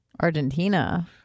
Argentina